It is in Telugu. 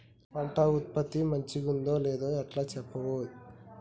పంట ఉత్పత్తి మంచిగుందో లేదో ఎట్లా చెప్తవ్?